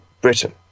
Britain